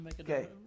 Okay